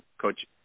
Coach